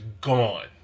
gone